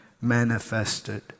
manifested